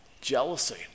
jealousy